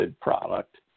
product